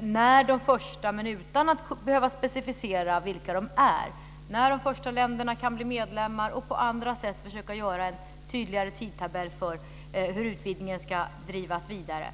när de första länderna - utan att behöva specificera vilka de är - kan bli medlemmar och på andra sätt försöka göra en tydligare tidtabell för hur utvidgningen ska drivas vidare.